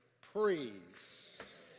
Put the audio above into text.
praise